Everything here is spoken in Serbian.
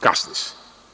Kasni se.